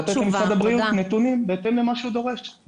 ולתת למשרד הבריאות נתונים, בהתאם למה שהוא דורש.